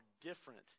different